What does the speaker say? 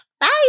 Bye